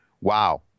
Wow